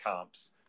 comps